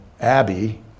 abbey